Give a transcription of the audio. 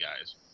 guys